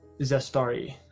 Zestari